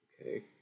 Okay